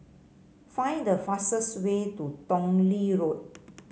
find the fastest way to Tong Lee Road